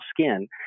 skin